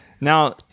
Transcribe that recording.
Now